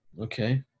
Okay